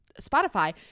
Spotify